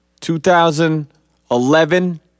2011